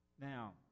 Now